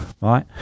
right